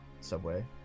subway